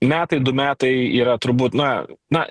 metai du metai yra turbūt na na